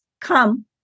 come